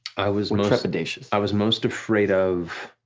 i was most trepidatious. i was most afraid of.